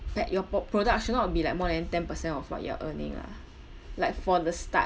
p~ your pro~ product should not be like more than ten percent of what you are earning lah like for the start